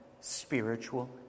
spiritual